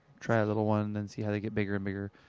try a little one, and see how they get bigger and bigger.